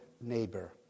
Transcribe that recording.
neighbor